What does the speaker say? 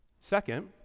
Second